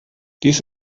dies